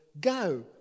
go